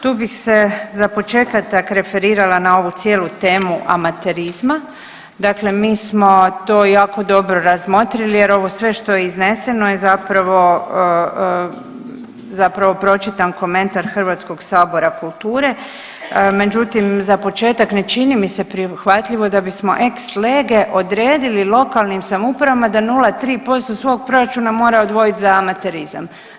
Tu bih se za početak referirala na ovu cijelu temu amaterizma, dakle mi smo to jako dobro razmotrili jer ovo sve što je izneseno je zapravo pročitan komentar Hrvatskog sabora kulture, međutim, za početak, ne čini mi se prihvatljivo da bismo ex lege odredili lokalnim samoupravama da 0,3% svog proračuna mora odvojiti za amaterizam.